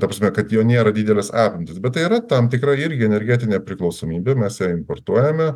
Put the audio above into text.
ta prasme kad jo nėra didelės apimtys bet tai yra tam tikra irgi energetinė priklausomybė mes ją importuojame